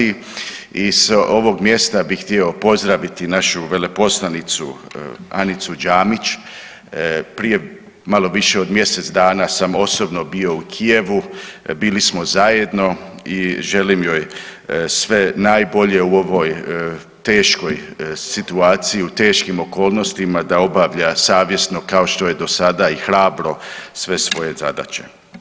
I s ovog mjesta bih htio pozdraviti našu veleposlanicu Anicu Đamić prije malo više od mjesec dana sam osobno bio u Kijevu, bili smo zajedno i želim joj sve najbolje u ovoj teškoj situaciji, u teškim okolnostima da obavlja savjesno kao što je do sada i hrabro sve svoje zadaće.